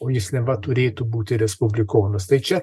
o jis neva turėtų būti respublikonas tai čia